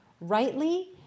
rightly